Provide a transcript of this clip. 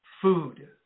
food